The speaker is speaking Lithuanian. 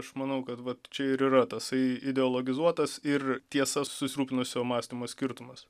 aš manau kad va čia ir yra tasai ideologizuotas ir tiesa susirūpinusio mąstymo skirtumas